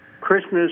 Christmas